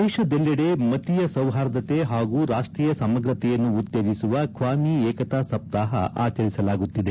ದೇಶದೆಲ್ಲೆಡೆ ಮತೀಯ ಸೌಹಾರ್ದ ಹಾಗೂ ರಾಷ್ಷೀಯ ಸಮಗ್ರತೆಯನ್ನು ಉತ್ತೇಜಿಸುವ ಖ್ವಾಮಿ ಏಕತಾ ಸಪ್ತಾಹ ಆಚರಿಸಲಾಗುತ್ತಿದೆ